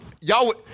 Y'all